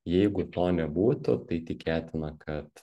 jeigu to nebūtų tai tikėtina kad